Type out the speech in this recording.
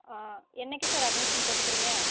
ஆ என்னைக்கு sir admission போட்டுக்குறீங்க